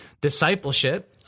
discipleship